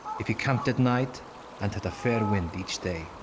if he camped at night and had a fairwind each day.